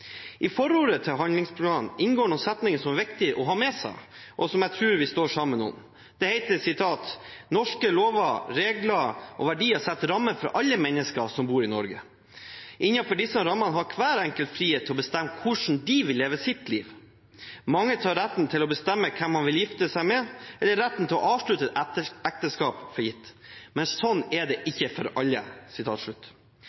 I forordet til handlingsplanen inngår noen setninger som det er viktig å ha med seg, og som jeg tror vi står sammen om. Det heter: «Norske lover, regler og verdier setter rammer for alle mennesker som bor i Norge. Innenfor disse rammene har hver enkelt frihet til å bestemme hvordan de vil leve livet sitt. Mange tar retten til å bestemme hvem man vil gifte seg med, eller retten til å avslutte et ekteskap, for gitt. Men slik er det